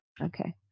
Okay